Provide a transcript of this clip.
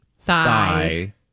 Thigh